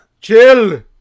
chill